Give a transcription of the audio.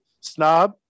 snob